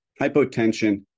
hypotension